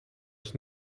ons